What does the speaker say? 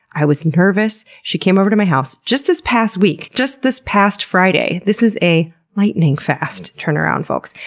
i was nervous. she came over to my house just this past week just this past friday! this is a lightning fast turnaround, folks.